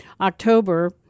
October